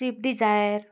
swift Dzire